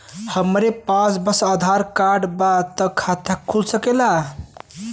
हमरे पास बस आधार कार्ड बा त खाता खुल सकेला?